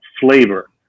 flavor